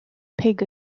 pig